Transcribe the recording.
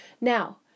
Now